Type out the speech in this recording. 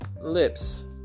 lips